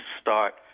start